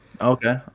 okay